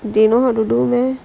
they know how to do meh